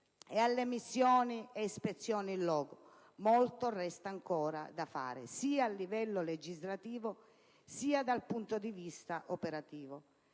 e alle missioni e ispezioni *in loco*, ma molto resta ancora da fare sia a livello legislativo sia dal punto di vista operativo